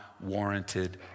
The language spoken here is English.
warranted